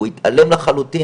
הוא התעלם לחלוטין,